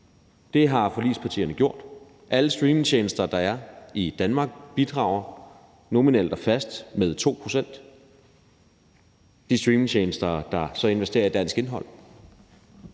Det har forligspartierne gjort. Alle streamingtjenester, der er i Danmark, bidrager nominelt og fast med 2 pct. De streamingtjenester, der så investerer i dansk indhold,